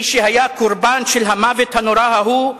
מי שהיה קורבן של המוות הנורא ההוא,